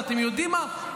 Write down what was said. ואתם יודעים מה,